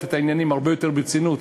כאן את העניינים הרבה יותר ברצינות,